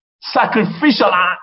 Sacrificial